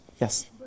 Yes